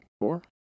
Four